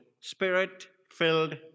Spirit-Filled